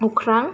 अख्रां